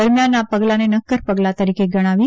દરમ્યાન આ પગલાંને નક્કર પગલા તરીકે ગણાવી